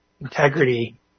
integrity